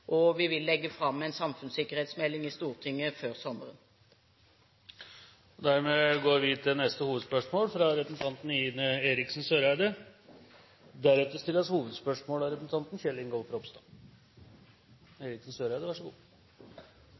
og vi vil legge fram en samfunnssikkerhetsmelding i Stortinget før sommeren. Vi går videre til neste hovedspørsmål.